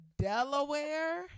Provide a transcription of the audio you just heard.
Delaware